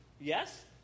Yes